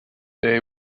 they